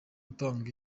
atanga